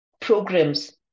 programs